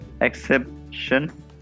exception